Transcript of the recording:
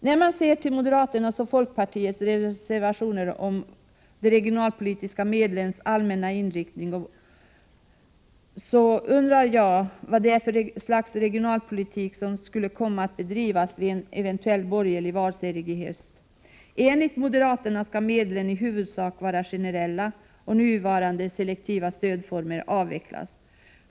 När man ser till moderaternas och folkpartiets reservationer om de regionalpolitiska medlens allmänna inriktning undrar jag vad för slags regionalpolitik som skulle komma att bedrivas vid en eventuell borgerlig valseger i höst. Enligt moderaterna skall medlen i huvudsak vara generella, och nuvarande selektiva stödformer skall avvecklas.